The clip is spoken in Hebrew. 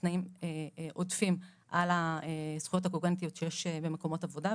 תנאים עודפים על הזכויות הקוגנטיות שיש במקומות עבודה,